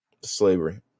slavery